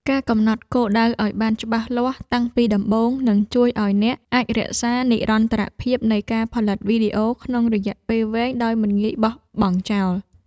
ការកំណត់គោលដៅឱ្យបានច្បាស់លាស់តាំងពីដំបូង នឹងជួយឱ្យអ្នកអាចរក្សានិរន្តរភាពនៃការផលិតវីដេអូក្នុងរយៈពេលវែងដោយមិនងាយបោះបង់ចោល។